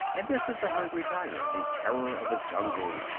and this is the hungry tiger, the terror of the jungle,